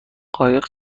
قایق